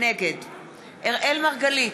נגד אראל מרגלית,